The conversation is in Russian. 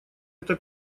эта